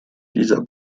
dieser